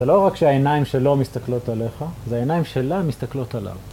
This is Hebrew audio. זה לא רק שהעיניים שלו מסתכלות עליך, זה העיניים שלה מסתכלות עליו.